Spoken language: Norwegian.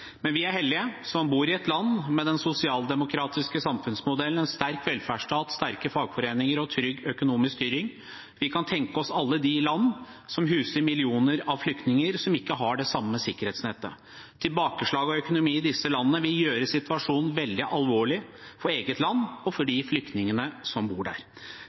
Men vi er heldige som bor i et land med den sosialdemokratiske samfunnsmodellen, med en sterk velferdsstat, sterke fagforeninger og trygg økonomisk styring. Vi kan tenke oss alle de land som huser millioner av flyktninger som ikke har det samme sikkerhetsnettet. Tilbakeslag i økonomien i disse landene vil gjøre situasjonen veldig alvorlig, både for eget land og for de flyktningene som bor der.